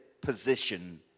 position